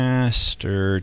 Master